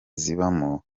zibamo